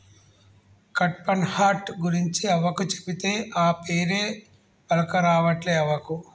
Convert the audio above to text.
కడ్పాహ్నట్ గురించి అవ్వకు చెబితే, ఆ పేరే పల్కరావట్లే అవ్వకు